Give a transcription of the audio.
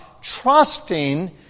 trusting